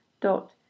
dot